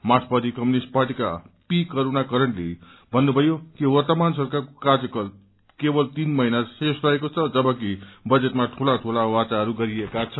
मार्क्सवादी कम्युनिष्ट पार्टीका पी करूणाकरणले भन्नुमयो कि वर्तमान सरकारको कार्यकाल केवल तीन महिना शेष रहेको छ जबकि बजेटमा ठूला ठूला बाचाहरू गरिएका छन्